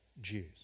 Jews